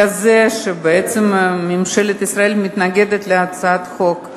לזה שבעצם ממשלת ישראל מתנגדת להצעת החוק,